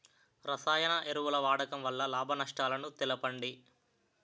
రసాయన ఎరువుల వాడకం వల్ల లాభ నష్టాలను తెలపండి?